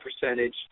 percentage